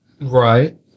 Right